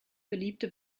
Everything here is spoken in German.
beliebte